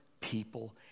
people